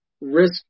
risk